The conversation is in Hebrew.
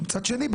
מצד שני,